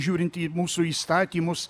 žiūrint į mūsų įstatymus